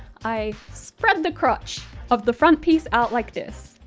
i spread the crotch of the front piece out like this.